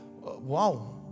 Wow